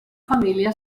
família